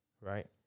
right